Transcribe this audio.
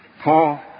Paul